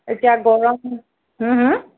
এতিয়া গৰম হু হু